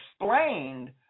explained